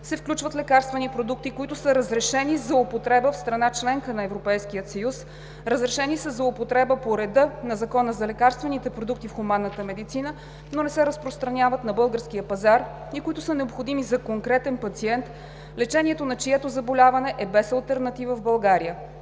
се включват лекарствени продукти, които са разрешени за употреба в страна – членка на Европейския съюз, разрешени са за употреба по реда на Закона за лекарствените продукти в хуманната медицина, но не се разпространяват на българския пазар и които са необходими за конкретен пациент, лечението на чието заболяване е без алтернатива в България.